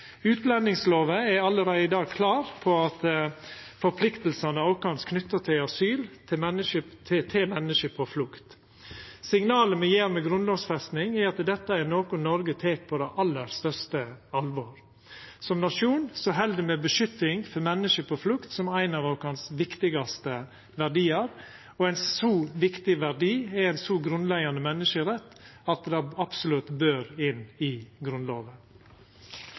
er allereie i dag klar på forpliktingane våre knytte til asyl til menneske på flukt. Signalet me gjev med grunnlovfesting, er at dette er noko Noreg tek på aller største alvor. Som nasjon held me beskytting for menneske på flukt som ein av våre viktigaste verdiar, og ein så viktig verdi er ein så grunnleggjande menneskerett at det absolutt bør inn i